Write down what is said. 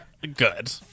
good